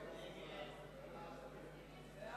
ההסתייגות של קבוצת סיעת חד"ש